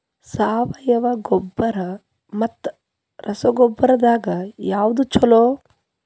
ಸಾವಯವ ಗೊಬ್ಬರ ಮತ್ತ ರಸಗೊಬ್ಬರದಾಗ ಯಾವದು ಛಲೋ?